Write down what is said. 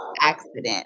accident